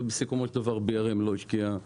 ובסיכומו של דבר BRM לא השקיעה